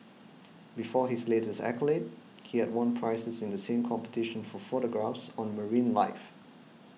before his latest accolade he had won prizes in the same competition for photographs on marine life